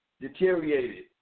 deteriorated